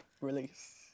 Release